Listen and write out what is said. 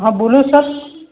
હા બોલો સર